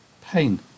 pain